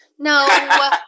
No